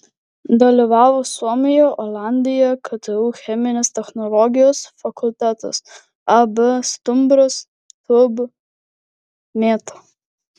dalyvavo suomija olandija ktu cheminės technologijos fakultetas ab stumbras tūb mėta